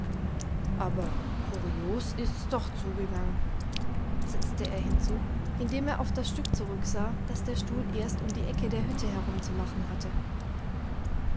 aber kurios ist's doch zugegangen setzte er hinzu indem er auf das stück zurücksah das der stuhl erst um die ecke der hütte herum zu machen hatte